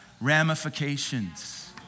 ramifications